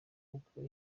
kuko